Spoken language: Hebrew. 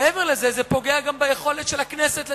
ומעבר לזה, זה פוגע גם ביכולת של הכנסת לתפקד.